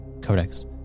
codex